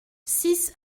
six